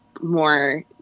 more